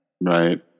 Right